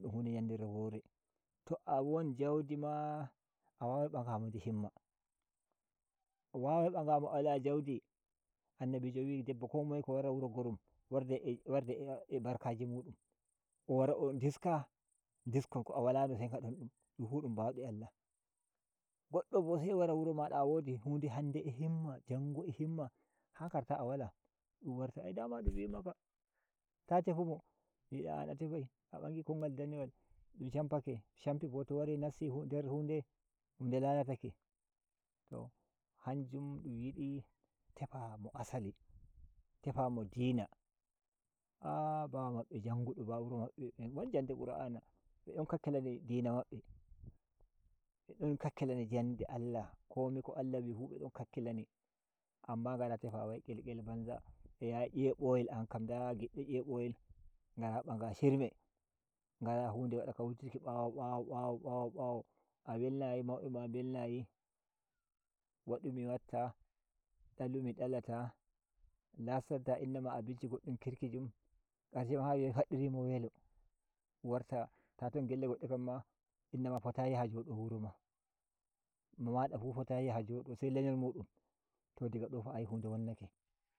Na dum hu nde ‘yandere wore ta won jaudi ma a wa wai ba nga mo ndi himma wawai ba nga mo a wala jaudi Annabijo wi debbo ko moye ko wara wuro gorum wardai a barkaji mun wara ndiska diskon ko a wala no se ngadon dum dun fud um bande Allah goddo bo se wara wuro ma a wodi hu nde han nde han nde a himma jango a himma ha ngarta a wala dun warta ai dama dun wi maka ta tefu mom bi da an tefai a bang ikon ngal danewal dun shampake shampi bo to wari nasti nder hu nder hun nde lalatake to hanjum dun yi di te fa mo asali te fa mo di na ali baba mabbe jangudo baba babbe won jande kur’ana be don kakkilani dina mabbe be don kikkila ni jande Allah ko Allah wi fu be don kakkilani amma wai ngara tefa wal kel kel banza a yaha ‘yeboyel nda giddo ‘yeboyel ngara ba nga shirme ngara hu nde wada ga wutirki bawo bawo bawo bawo bawo a welnayi mau be ma mbelnayi wa du mi waffa dalu mi dalata lastanta innama abinci kirki jum karshe ma ha wi’e faddiri mo welo warta ta ton gelle godde kam inna ma fotayi yaha jo do wuro ma mo ma da fu fotayi yaha jo do se le nyol mu dum to di ga do fa ayi hu note wonnake.